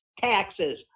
taxes